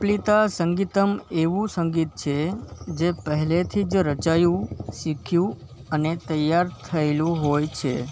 કપ્લિતા સંગીતમ એવું સંગીત છે જે પહેલેથી જ રચાયું શીખ્યું અને તૈયાર થયેલું હોય છે